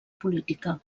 política